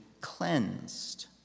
cleansed